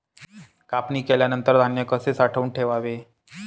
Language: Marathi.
कापणी केल्यानंतर धान्य कसे साठवून ठेवावे?